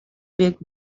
dig